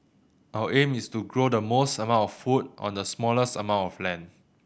our aim is to grow the most amount of food on the smallest amount of land